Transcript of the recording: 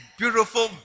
beautiful